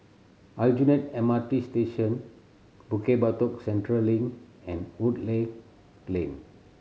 Aljunied M R T Station Bukit Batok Central Link and Woodleigh Lane